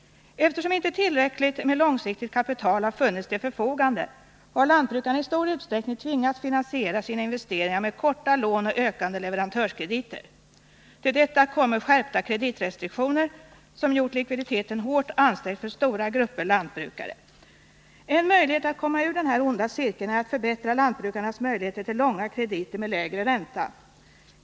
Eftersom tillräckligt med långsiktigt kapital inte har stått till förfogande, har lantbrukarna i stor utsträckning tvingats finansiera sina investeringar med korta lån och ökande leverantörskrediter. Till detta kommer skärpta kreditrestriktioner som gjort likviditeten hårt ansträngd för stora grupper lantbrukare. En möjlighet att komma ur denna onda cirkel är att förbättra lantbrukar nas möjligheter till långa krediter med lägre ränta.